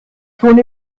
schon